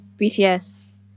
BTS